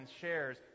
shares